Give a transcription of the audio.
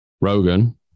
Rogan